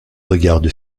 regarde